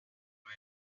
uyu